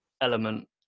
element